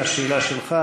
השאלה שלך,